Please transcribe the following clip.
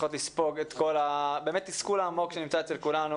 שצריכות לספוג באמת את כל התסכול העמוק שנמצא אצל כולנו,